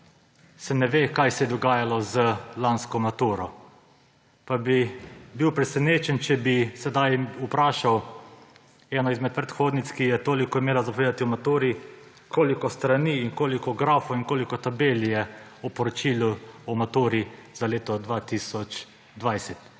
se ne ve, kaj se je dogajalo z lansko maturo. Pa bi bil presenečen, če bi sedaj vprašal eno izmed predhodnic, ki je imela toliko povedati o maturi, koliko strani in koliko grafov in koliko tabel je v poročilu o maturi za leto 2020